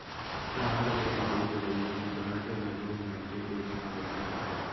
नहर ले सिचई करई ह बिकट घलोक मनखे के जुन्ना तरीका हरय